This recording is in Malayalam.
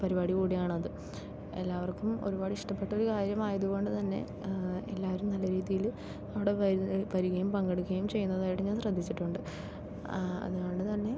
പരിപാടി കൂടിയാണത് എല്ലാവർക്കും ഒരുപാട് ഇഷ്ട്ടപ്പെട്ട ഒരു കാര്യമായതു കൊണ്ടുതന്നെ എല്ലാവരും നല്ല രീതിയിൽ അവിടെ വരികയും പങ്കെടുക്കുകയും ചെയ്യുന്നതായിട്ട് ഞാൻ ശ്രദ്ധിച്ചിട്ടുണ്ട് അതുകൊണ്ടുതന്നെ